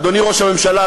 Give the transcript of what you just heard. אדוני ראש הממשלה,